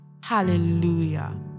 Hallelujah